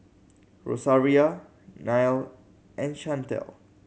Rosaria Neil and Shantel